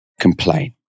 complain